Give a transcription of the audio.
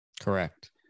Correct